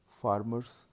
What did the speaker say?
farmers